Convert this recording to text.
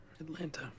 Atlanta